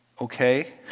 Okay